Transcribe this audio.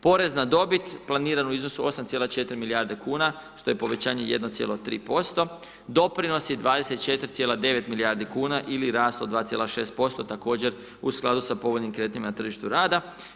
Porezna dobit planirana u iznosu od 8,4 milijarde kuna što je povećanje 1,3%, doprinosi 24,9 milijardi kuna ili rast od 2,6% također u skladu sa povoljnim kretanjima na tržištu rada.